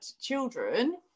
children